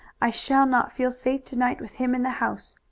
i shall not feel safe to-night with him in the house.